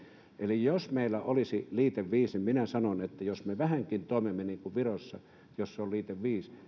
eli jos meillä olisi liite v niin minä sanon että jos me me vähänkin toimimme niin kuin virossa jossa on liite v niin